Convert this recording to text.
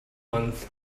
month